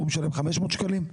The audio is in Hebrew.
הוא משלם 500 שקלים?